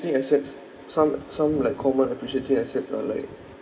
assets some some like common appreciating assets are like